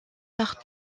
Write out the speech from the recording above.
par